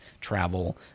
travel